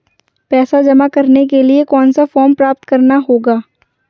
पैसा जमा करने के लिए कौन सा फॉर्म प्राप्त करना होगा?